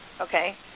okay